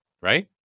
right